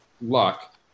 luck